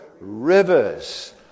rivers